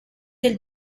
del